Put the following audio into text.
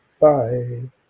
Bye